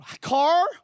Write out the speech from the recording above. Car